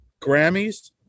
Grammys